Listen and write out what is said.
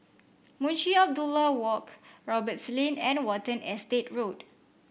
Munshi Abdullah Walk Roberts Lane and Watten Estate Road